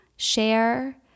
share